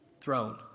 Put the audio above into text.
throne